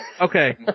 Okay